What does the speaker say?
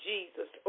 Jesus